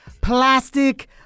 plastic